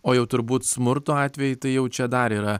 o jau turbūt smurto atvejai tai jau čia dar yra